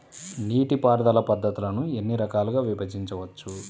నీటిపారుదల పద్ధతులను ఎన్ని రకాలుగా విభజించవచ్చు?